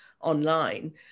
online